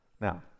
Now